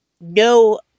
no